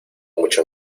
mucho